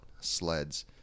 sleds